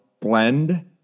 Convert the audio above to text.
blend